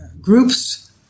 groups